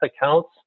accounts